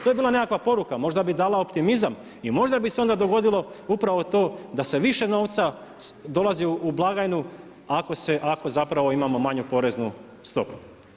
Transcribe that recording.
To je bila nekakva poruka, možda bi dala optimizam i možda bi se onda dogodilo upravo to da se više novca dolazi u blagajnu ako zapravo imamo manju poreznu stopu.